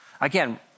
Again